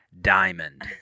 Diamond